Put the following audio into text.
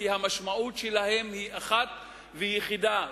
כי המשמעות שלהם היא אחת ויחידה,